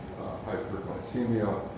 hyperglycemia